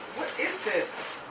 is this?